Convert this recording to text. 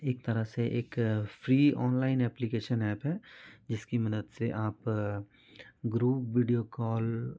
एक तरह से एक फ्री ओनलाइन एप्लीकेशन एप है जिसकी मदड़ से आप ग्रूप विडियो कॉल